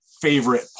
favorite